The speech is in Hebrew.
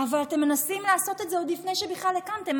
אבל אתם מנסים לעשות את זה עוד לפני שבכלל הקמתם.